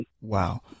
Wow